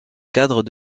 cadre